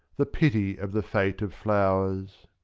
the pity of the fate of flowers!